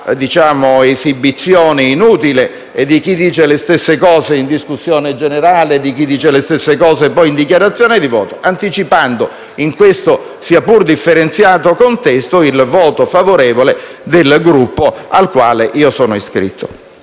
quella esibizione inutile di chi dice le stesse cose in discussione generale e in dichiarazione di voto di anticipare in questo sia pur differenziato contesto il voto favorevole del Gruppo al quale sono iscritto.